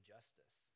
Justice